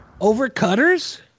Overcutters